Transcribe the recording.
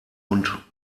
und